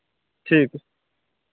ठीक है